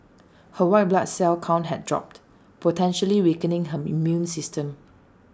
her white blood cell count had dropped potentially weakening her immune system